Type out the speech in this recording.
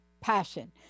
passion